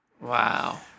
Wow